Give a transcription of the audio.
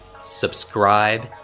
subscribe